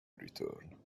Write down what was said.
return